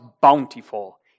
bountiful